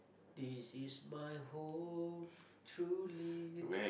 this is my home truly